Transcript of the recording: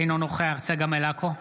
אינו נוכח צגה מלקו,